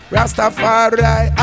Rastafari